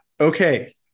Okay